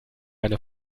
eine